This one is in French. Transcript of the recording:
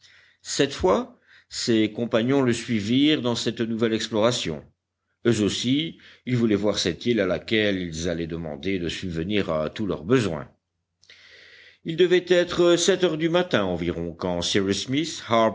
cette fois ses compagnons le suivirent dans cette nouvelle exploration eux aussi ils voulaient voir cette île à laquelle ils allaient demander de subvenir à tous leurs besoins il devait être sept heures du matin environ quand